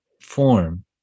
form